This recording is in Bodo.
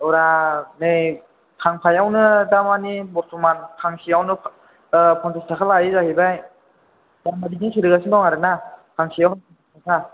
औरा नै फांफायावनो दामानि बर्थ'मान फांसेयावनो फन्सास थाखा लायो जाहैबाय दामा बिदि सोलिगासिनो दं आरो ना फांसेआवनो फन्सास थाखा